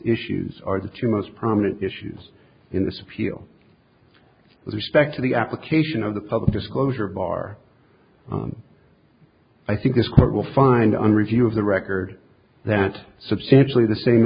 issues are the two most prominent issues in this appeal with respect to the application of the public disclosure bar on i think this court will find on review of the record that substantially the same